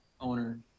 owner